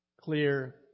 clear